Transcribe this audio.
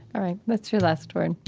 all right. that's your last word.